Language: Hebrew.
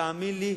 תאמין לי,